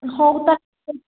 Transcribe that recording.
ହଉ ତା'ହେଲେ